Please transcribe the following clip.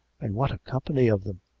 and what a company of them!